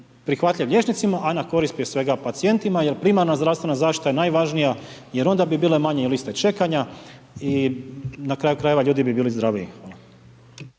prihvatljivi liječnicima, a na korist prije svega pacijentima, jer primarna zdravstvena zaštita je najvažnija, jer onda bi bile manje i liste čekanja i na kraju krajeva ljudi bi bili zdraviji.